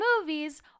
movies